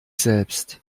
selbst